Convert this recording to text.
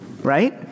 right